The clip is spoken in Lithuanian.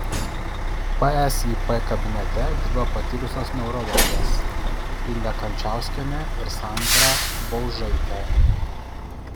psip kabinete dirba patyrusios neurologės inga kančauskienė ir sandra baužaitė